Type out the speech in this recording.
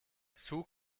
zug